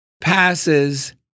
passes